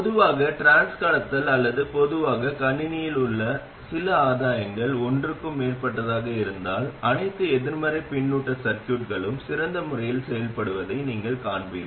பொதுவாக டிரான்ஸ் கடத்தல் அல்லது பொதுவாக கணினியில் சில ஆதாயங்கள் ஒன்றுக்கு மேற்பட்டதாக இருந்தால் அனைத்து எதிர்மறை பின்னூட்ட சர்கியூட்களும் சிறந்த முறையில் செயல்படுவதை நீங்கள் காண்பீர்கள்